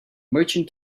merchant